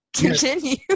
Continue